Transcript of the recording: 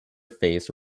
face